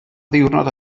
ddiwrnod